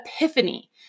epiphany